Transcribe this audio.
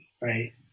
right